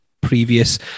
previous